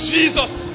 Jesus